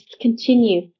continue